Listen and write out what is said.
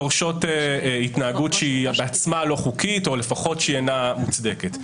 דורשות התנהגות שהיא עצמה לא חוקית או לפחות שאינה מוצדקת.